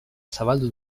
zabaldu